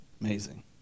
Amazing